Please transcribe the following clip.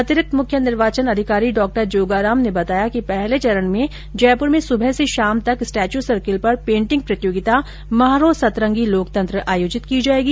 अतिरिक्त मुख्य निर्वाचन अधिकारी डॉ जोगाराम ने बताया कि पहले चरण में जयप्र में सुबह से शाम तक स्टेच्यू सर्किल पर पेंटिंग प्रतियोगिता म्हारो सतरंगी लोकतंत्र आयोजित की जाएगी